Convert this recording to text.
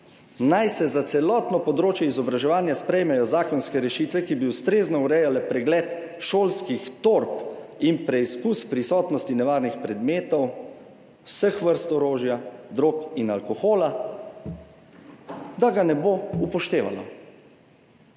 naj se za celotno področje izobraževanja sprejmejo zakonske rešitve, ki bi ustrezno urejale pregled šolskih torb in preizkus prisotnosti nevarnih predmetov, vseh vrst orožja, drog in alkohola, ne bo upoštevalo.